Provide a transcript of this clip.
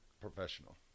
Professional